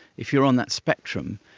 if you're on that spectrum,